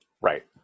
right